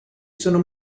sono